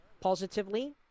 positively